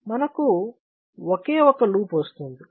మనకు ఒకే ఒక లూప్ వస్తుంది